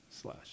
slash